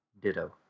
Ditto